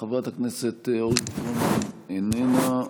חברת הכנסת אורלי פרומן, איננה.